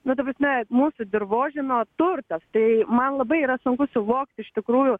nu ta prasme mūsų dirvožemio turtas tai man labai yra sunku suvokti iš tikrųjų